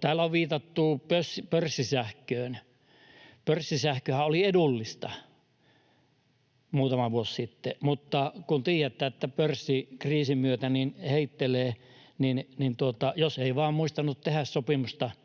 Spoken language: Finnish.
Täällä on viitattu pörssisähköön. Pörssisähköhän oli edullista muutama vuosi sitten, mutta kun tiedätte, että pörssi kriisin myötä heittelee, niin jos ei muistanut tehdä sopimusta —